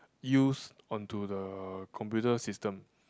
use onto the computer system